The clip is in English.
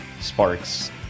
Sparks